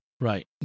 Right